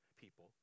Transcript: people